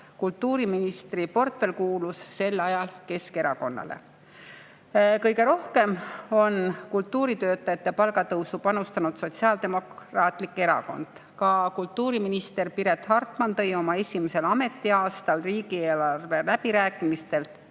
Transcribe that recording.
Kultuuriministri portfell kuulus sel ajal Keskerakonnale. Kõige rohkem on kultuuritöötajate palga tõusu panustanud Sotsiaaldemokraatlik Erakond. Ka kultuuriminister Piret Hartman tõi oma esimesel ametiaastal riigieelarve läbirääkimistelt